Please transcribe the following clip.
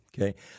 okay